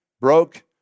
broke